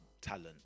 talent